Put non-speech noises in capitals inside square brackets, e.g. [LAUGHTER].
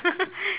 [LAUGHS]